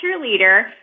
cheerleader